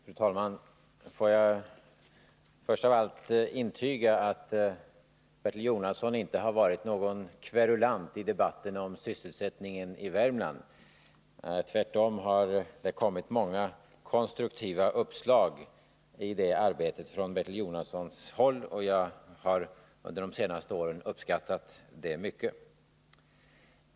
Fru talman! Får jag först av allt intyga att Bertil Jonasson inte har varit någon kverulant i debatten om sysselsättningen i Värmland. Tvärtom har det kommit många konstruktiva uppslag från Bertil Jonasson, och jag har under de senaste åren uppskattat detta mycket.